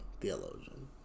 theologian